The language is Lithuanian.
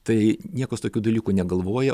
tai niekas tokių dalykų negalvoja